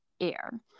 air